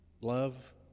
Love